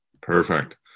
Perfect